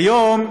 כיום,